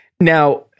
Now